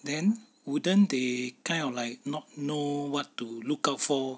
then wouldn't they kind of like not know what to look out for